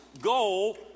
goal